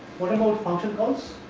what about function calls,